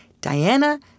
Diana